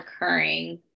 recurring